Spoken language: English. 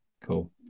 Cool